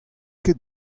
ket